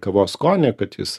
kavos skonį kad jis